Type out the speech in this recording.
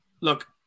look